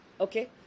Okay